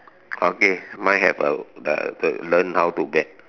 okay mine have uh uh the learn how to bet